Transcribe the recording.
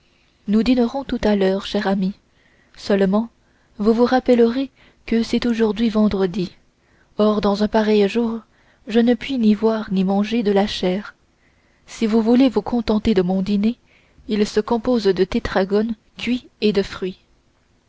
nous dînerons tout à l'heure cher ami seulement vous vous rappellerez que c'est aujourd'hui vendredi or dans un pareil jour je ne puis ni voir ni manger de la chair si vous voulez vous contenter de mon dîner il se compose de tétragones cuits et de fruits